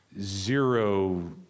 zero